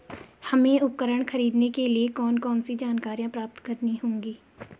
हमें उपकरण खरीदने के लिए कौन कौन सी जानकारियां प्राप्त करनी होगी?